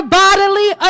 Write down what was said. bodily